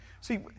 See